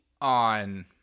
On